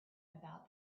about